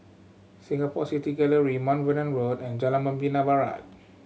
Singapore City Gallery Mount Vernon Road and Jalan Membina Barat